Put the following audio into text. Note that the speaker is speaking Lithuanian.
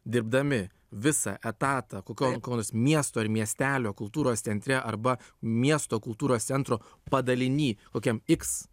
dirbdami visą etatą kokio nors miesto ar miestelio kultūros centre arba miesto kultūros centro padaliny kokiam x